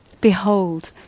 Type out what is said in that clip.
Behold